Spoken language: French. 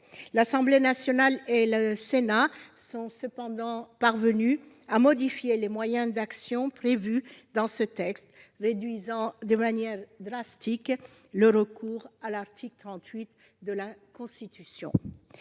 L'Assemblée nationale et le Sénat sont cependant parvenus à modifier les moyens d'action prévus dans ce texte, réduisant de manière drastique le recours à l'article 38 de la Constitution.